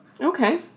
Okay